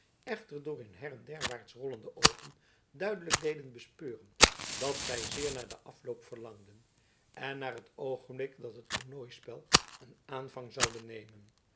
echter door hun her en derwaarts rollende oogen duidelijk deden bespeuren dat zij zeer naar den afloop verlangden en naar het oogenblik dat het tornooispel een aanvang zoude nemen